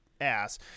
ass